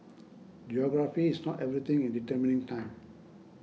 geography is not everything in determining time